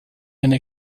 einen